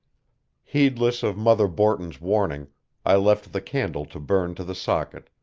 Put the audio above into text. heedless of mother borton's warning i left the candle to burn to the socket,